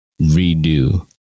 redo